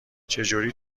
چجوری